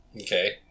Okay